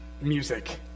music